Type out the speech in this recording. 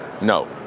No